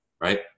right